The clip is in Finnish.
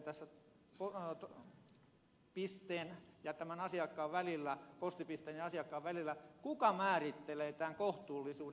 kun ministeri on viitannut kohtuulliseen etäisyyteen tässä postipisteen ja asiakkaan välillä kuka määrittelee tämän kohtuullisuuden